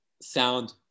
sound